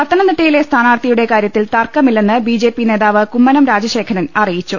പത്തനംതിട്ടയിലെ സ്ഥാനാർത്ഥിയുടെ കാര്യത്തിൽ തർക്കമില്ലെന്ന് ബിജെപി നേതാവ് കുമ്മനം രാജശേഖരൻ അറിയിച്ചു